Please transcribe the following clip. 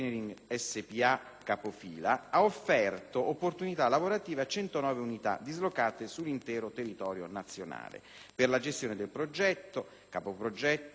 Grazie